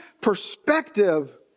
perspective